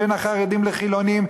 בין החרדים לחילונים.